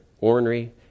ornery